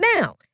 now